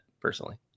Personally